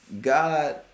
God